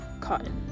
cotton